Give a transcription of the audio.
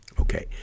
Okay